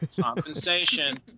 compensation